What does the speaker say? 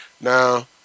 Now